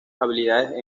habilidades